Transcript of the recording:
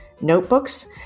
Notebooks